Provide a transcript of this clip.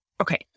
okay